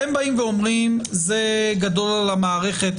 אתם באים ואומרים שזה גדול על המערכת,